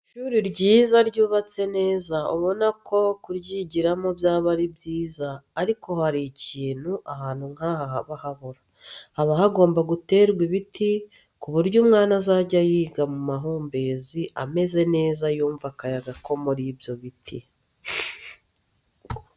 Ishuri ryiza ryubatse neza ubona ko kuryigiramo byaba ari byiza ariko hari ikintu ahantu nk'aha haba habura, haba hagomba guterwa ibiti, ku buryo umwana azajya yiga mu mahumbezi ameze neza yumva akayaga ko muri ibyo biti.